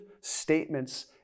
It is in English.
statements